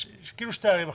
כאילו שתי ערים אחרות.